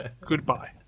Goodbye